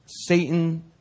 Satan